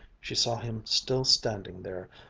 she saw him still standing there,